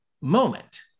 moment